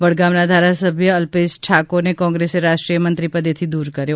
વડગામના ધારાસભ્ય અલ્પેશ ઠાકોરને કોંગ્રેસે રાષ્ટ્રીય મંત્રીપદેથી દૂર કર્યો